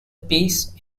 peace